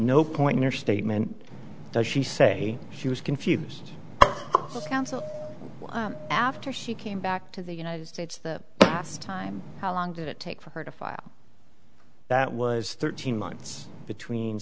no point in her statement does she say she was confuse the council after she came back to the united states the last time how long did it take for her to file that was thirteen months between